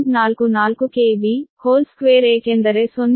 44 KV2 ಏಕೆಂದರೆ 0